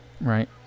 right